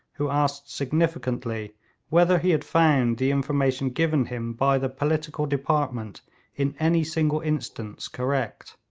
who asked significantly whether he had found the information given him by the political department in any single instance correct.